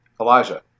Elijah